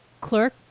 clerk